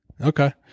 Okay